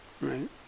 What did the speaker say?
right